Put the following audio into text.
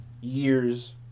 years